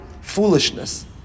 foolishness